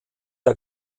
der